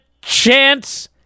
Chance